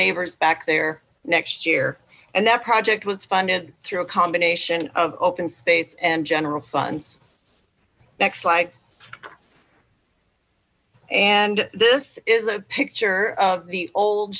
neighbors back there next year and that project was funded through a combination of open space and general funds next like and this is a picture of the old